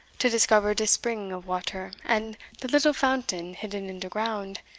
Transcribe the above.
to discover de spring, of water, and de little fountain hidden in de ground,